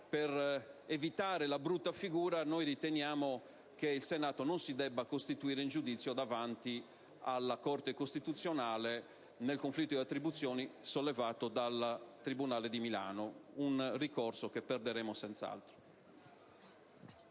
per evitare la brutta figura riteniamo che il Senato non si debba costituire in giudizio davanti alla Corte costituzionale nel conflitto di attribuzioni sollevato dal tribunale di Milano, un ricorso che perderemo senz'altro.